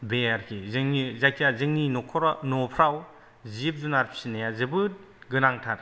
बे आरोखि जोंनि जायखिया जोंनि न'खराव न'फोराव जिब जुनाद फिसिनाया जोबोद गोनांथार